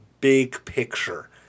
big-picture